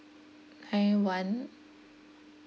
nine one